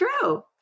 true